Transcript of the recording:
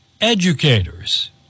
educators